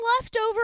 leftover